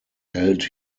held